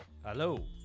Hello